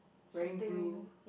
wearing blue